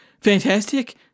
Fantastic